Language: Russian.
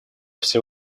всем